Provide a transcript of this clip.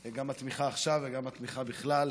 גם התמיכה עכשיו וגם התמיכה בכלל.